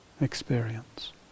experience